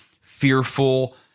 fearful